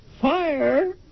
Fire